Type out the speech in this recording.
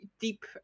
deep